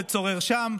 עובד סורר שם.